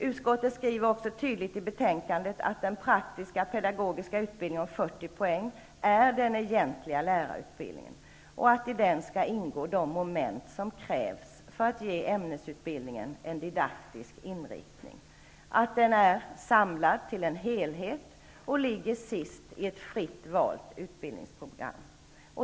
Utskottet skriver också tydligt i betänkandet att den praktiska pedagogiska utbildningen om 40 poäng är den egentliga lärarutbildningen, att i den skall ingå de moment som krävs för att ge ämnesutbildningen en didaktisk inriktning och att den är samlad till en helhet som skall ligga sist i ett fritt valt utbildningsprogram.